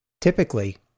Typically